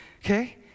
okay